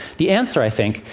the answer, i think,